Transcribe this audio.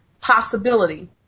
possibility